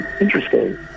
Interesting